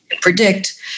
predict